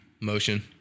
Motion